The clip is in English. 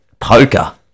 poker